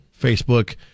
Facebook